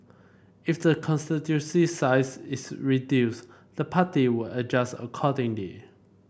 if the constituency's size is reduced the party would adjust accordingly